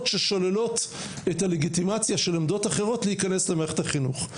ששוללות את הלגיטימציה של עמדות אחרות להיכנס למערכת החינוך.